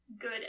good